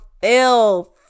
filth